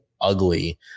ugly